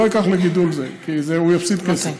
הוא לא ייקח לגידול, כי הוא יפסיד כסף.